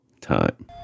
time